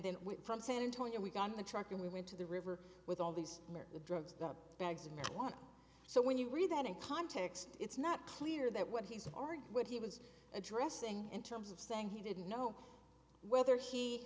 then went from san antonio we got in the truck and we went to the river with all these drugs that bags of marijuana so when you read that in context it's not clear that what he's argued what he was addressing in terms of saying he didn't know whether he